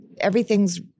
everything's